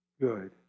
good